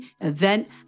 event